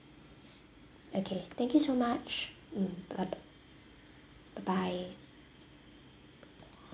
okay thank you so much mm uh bye bye